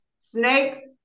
snakes